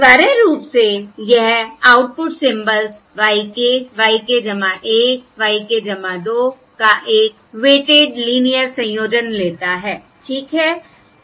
अनिवार्य रूप से यह output symbols y k y k 1 y k 2 का एक वेटिड लीनियर संयोजन लेता हैठीक है